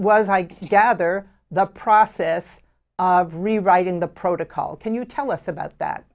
was i gather the process of rewriting the protocol can you tell us about that